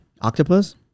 Octopus